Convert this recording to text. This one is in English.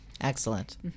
excellent